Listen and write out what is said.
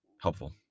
helpful